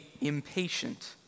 impatient